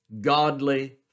godly